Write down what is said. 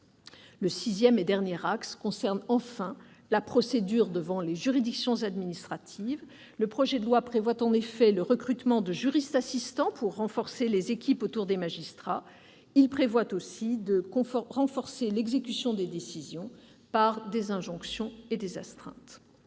Le sixième axe concerne la procédure devant les juridictions administratives. Le projet de loi prévoit en effet le recrutement de juristes assistants pour renforcer les équipes autour des magistrats. Il prévoit aussi de renforcer l'exécution des décisions par des injonctions et des astreintes.